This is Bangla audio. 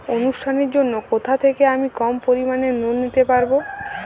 অনুষ্ঠানের জন্য কোথা থেকে আমি কম পরিমাণের লোন নিতে পারব?